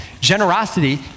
Generosity